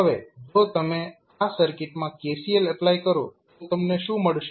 હવે જો તમે આ સર્કિટમાં KCL એપ્લાય કરો તો તમને શું મળશે